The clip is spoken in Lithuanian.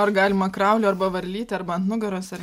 ar galima krauliu arba varlyte arba ant nugaros ar